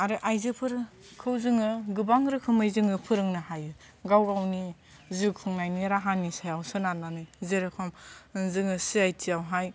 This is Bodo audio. आरो आइजोफोरखौ जोङो गोबां रोखोमै जोङो फोरोंनो हायो गाव गावनि जिउ खुंनायनि राहानि सायाव सोनारनानै जेरखम जोङो सि आइ टि आवहाय